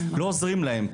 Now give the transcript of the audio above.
לא עוזרים להם,